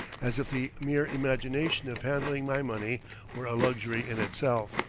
as if the mere imagination of handling my money were a luxury in itself.